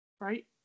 right